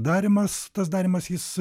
darymas tas darymas jis